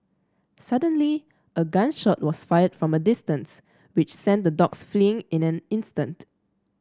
suddenly a gun shot was fired from a distance which sent the dogs fleeing in an instant